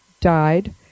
died